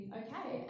okay